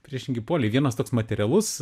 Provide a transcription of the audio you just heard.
priešingi poliai vienas toks materialus